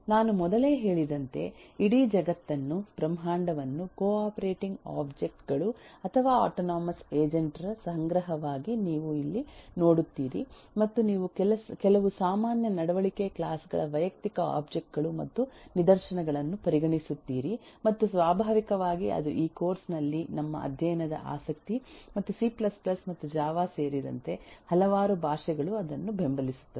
ನಾನು ಮೊದಲೇ ಹೇಳಿದಂತೆ ಇಡೀ ಜಗತ್ತನ್ನು ಬ್ರಹ್ಮಾಂಡವನ್ನು ಕೋ ಆಪರೇಟಿಂಗ್ ಒಬ್ಜೆಕ್ಟ್ ಗಳು ಅಥವಾ ಆಟೊನೊಮಸ್ ಏಜೆಂಟ್ ರ ಸಂಗ್ರಹವಾಗಿ ನೀವು ಇಲ್ಲಿ ನೋಡುತ್ತೀರಿ ಮತ್ತು ನೀವು ಕೆಲವು ಸಾಮಾನ್ಯ ನಡವಳಿಕೆ ಕ್ಲಾಸ್ ಗಳ ವೈಯಕ್ತಿಕ ಒಬ್ಜೆಕ್ಟ್ ಗಳು ಮತ್ತು ನಿದರ್ಶನಗಳನ್ನು ಪರಿಗಣಿಸುತ್ತೀರಿ ಮತ್ತು ಸ್ವಾಭಾವಿಕವಾಗಿ ಅದು ಈ ಕೋರ್ಸ್ ನಲ್ಲಿ ನಮ್ಮ ಅಧ್ಯಯನದ ಆಸಕ್ತಿ ಮತ್ತು ಸಿ c ಮತ್ತು ಜಾವಾ ಸೇರಿದಂತೆ ಹಲವಾರು ಭಾಷೆಗಳು ಅದನ್ನು ಬೆಂಬಲಿಸುತ್ತವೆ